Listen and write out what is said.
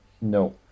No